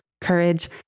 Courage